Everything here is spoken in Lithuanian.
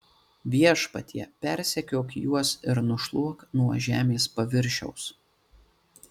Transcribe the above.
viešpatie persekiok juos ir nušluok nuo žemės paviršiaus